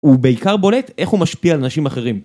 ובעיקר בולט איך הוא משפיע על נשים אחרים.